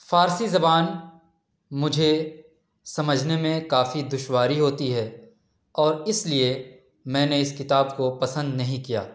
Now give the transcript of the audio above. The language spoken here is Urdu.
فارسی زبان مجھے سمجھنے میں کافی دشواری ہوتی ہے اور اس لیے میں نے اس کتاب کو پسند نہیں کیا